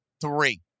Three